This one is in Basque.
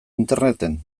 interneten